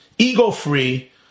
ego-free